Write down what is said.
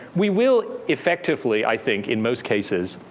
we will effectively, i think in most cases,